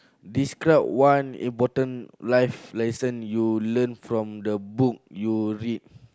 describe one important life lesson you learnt from the book you read